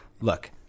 Look